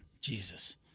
Jesus